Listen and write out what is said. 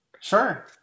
Sure